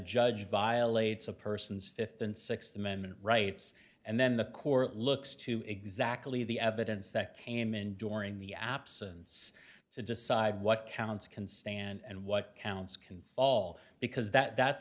judge violates a person's fifth and sixth amendment rights and then the court looks to exactly the evidence that came in during the absence to decide what counts can stand and what counts can fall because that